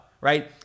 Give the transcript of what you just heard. right